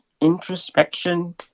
introspection